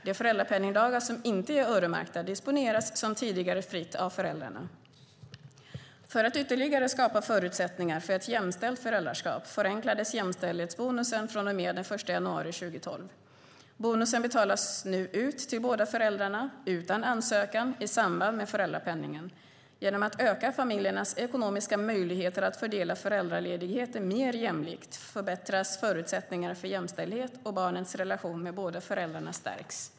De föräldrapenningsdagar som inte är öronmärkta disponeras som tidigare fritt av föräldrarna. För att ytterligare skapa förutsättningar för ett jämställt föräldraskap förenklades jämställdhetsbonusen från och med den 1 januari 2012. Bonusen betalas nu ut till båda föräldrarna, utan ansökan, i samband med föräldrapenningen. Genom att öka familjernas ekonomiska möjligheter att fördela föräldraledigheten mer jämlikt förbättras förutsättningarna för jämställdhet, och barnets relation med båda föräldrarna stärks.